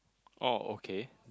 oh okay